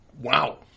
wow